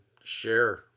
share